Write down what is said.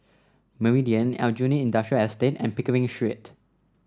Meridian Aljunied Industrial Estate and Pickering Street